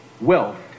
wealth